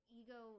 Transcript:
ego